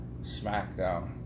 SmackDown